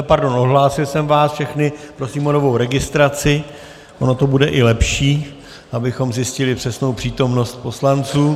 Pardon, odhlásil jsem vás všechny, prosím o novou registraci, ono to bude i lepší, abychom zjistili přesnou přítomnost poslanců.